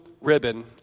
ribbon